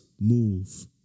move